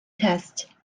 test